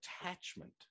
attachment